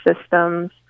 systems